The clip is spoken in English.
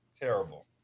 terrible